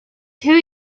two